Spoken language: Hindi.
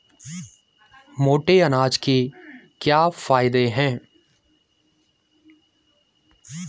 मोटे अनाज के क्या क्या फायदे हैं?